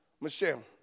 Michelle